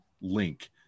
link